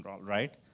right